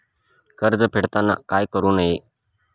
कर्ज फेडताना काय करु नये?